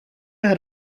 had